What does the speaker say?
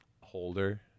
holder